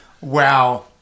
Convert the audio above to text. Wow